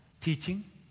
teaching